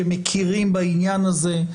שמכירים בעניין הזה.